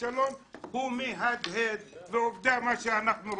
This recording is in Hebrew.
והכישלון מהדהד ועובדה מה שאנחנו רואים.